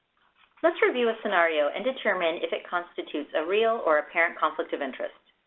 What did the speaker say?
let's review a scenario and determine if it constitutes a real or apparent conflict of interest.